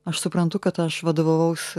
aš suprantu kad aš vadovavausi